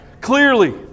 Clearly